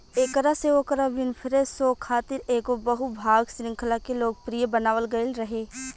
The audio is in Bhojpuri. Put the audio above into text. एकरा से ओकरा विनफ़्रे शो खातिर एगो बहु भाग श्रृंखला के लोकप्रिय बनावल गईल रहे